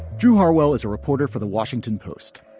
drew harwell is a reporter for the washington post.